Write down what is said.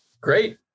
great